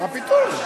מה פתאום?